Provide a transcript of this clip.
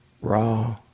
raw